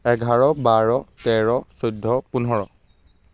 এঘাৰ বাৰ তেৰ চৈধ্য পোন্ধৰ